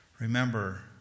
remember